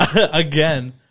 again